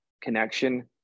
connection